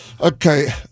okay